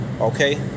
Okay